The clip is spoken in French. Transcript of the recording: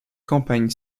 campagne